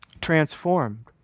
transformed